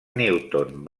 newton